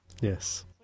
Yes